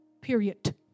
Period